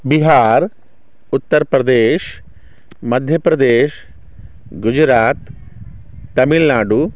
Bihar Uttar Pradesh Madhya Pradesh Gujarat Tamil Nadu